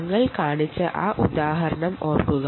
ഞങ്ങൾ നേരത്തെ കാണിച്ച ഉദാഹരണം ഒന്ന് ഓർക്കുക